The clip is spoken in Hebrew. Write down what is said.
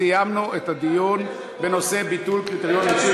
סיימנו את הדיון בנושא ביטול קריטריון מיצוי